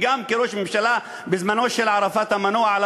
וגם כראש ממשלה בזמנו של ערפאת המנוח,